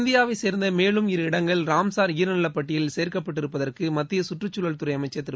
இந்தியாவைச் சேர்ந்த மேலும் இரு இடங்கள் ரம்சார் ஈர நில பட்டியலில் சேர்க்கப்பட்டிருப்பதற்கு மத்திய சுற்றுச் தூழல் துறை அமைச்சர் திரு